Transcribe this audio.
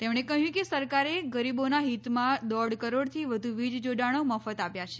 તેમણે કહ્યું કે સરકારે ગરીબોનાં હિતમાં દોઢ કરોડથી વધુ વીજજોડાણો મફત આપ્યા છે